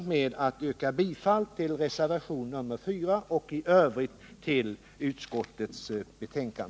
Jag ber att få yrka bifall till reservationen 4 och i övrigt bifall till utskottets hemställan.